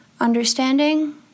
understanding